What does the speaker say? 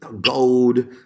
gold